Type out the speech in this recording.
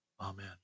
Amen